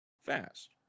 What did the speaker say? fast